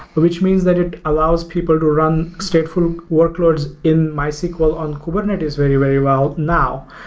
which means that it allows people to run stateful workloads in mysql on kubernetes very, very well now.